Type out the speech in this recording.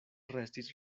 restis